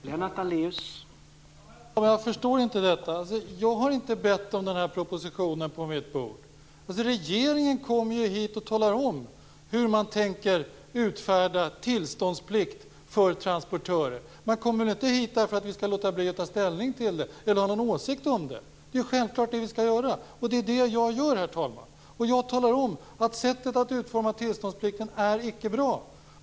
Herr talman! Jag förstår inte detta. Jag har inte bett att få den här propositionen på mitt bord. Regeringen kommer ju hit och talar om hur man tänker utfärda tillståndsplikt för transportörer. Regeringen kommer väl inte hit för att vi skall låta bli att ta ställning till det och inte ha någon åsikt om det. Det är självklart att vi skall göra det, och det är det jag gör. Jag talar om att sättet att utforma tillståndsplikten icke är bra.